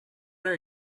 are